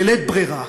בלית ברירה,